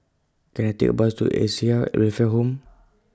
Can I Take A Bus to Acacia Welfare Home